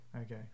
okay